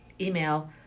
email